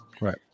Right